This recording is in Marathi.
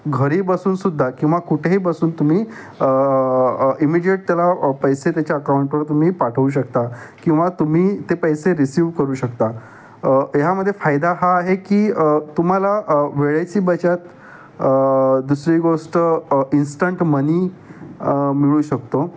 घरी बसूनसुद्धा किंवा कुठेही बसून तुम्ही इमिजिएट त्याला पैसे त्याच्या अकाऊंटवर तुम्ही पाठवू शकता किंवा तुम्ही ते पैसे रिसीव्ह करू शकता यामदे फायदा हा आहे की तुम्हाला वेळेची बचत दुसरी गोष्ट इंस्टंट मनी मिळू शकतो